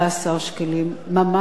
ממש על אותה עבודה.